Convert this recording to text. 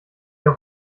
hier